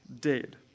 dead